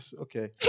okay